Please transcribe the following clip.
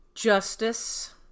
Justice